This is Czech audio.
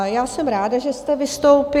Já jsem ráda, že jste vystoupil.